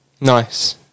Nice